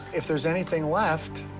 if there's anything left,